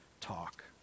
talk